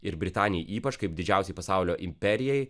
ir britanijai ypač kaip didžiausiai pasaulio imperijai